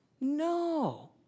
No